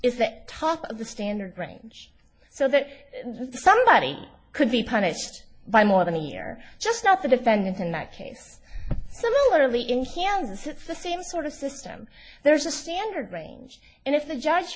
is that top of the standard range so that somebody could be punished by more than a year just not the defendant in that case literally in kansas it's the same sort of system there is a standard range and if the judge